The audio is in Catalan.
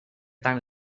tant